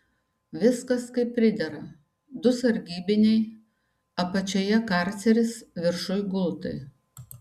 viskas kaip pridera du sargybiniai apačioje karceris viršuj gultai